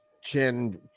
chin